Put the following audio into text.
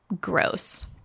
gross